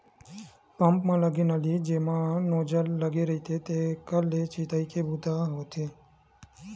pump म लगे नली जेमा नोजल लगे रहिथे तेखरे ले छितई के बूता ह होथे